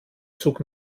zug